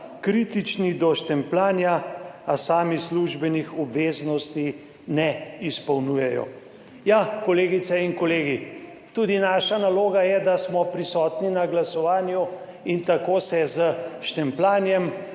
Kritični do štempljanja, a sami službenih obveznosti ne izpolnjujejo. Ja, kolegice in kolegi, tudi naša naloga je, da smo prisotni na glasovanju. In tako se s štempljanjem